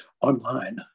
online